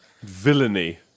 Villainy